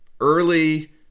early